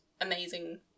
amazing